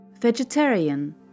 vegetarian